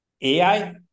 AI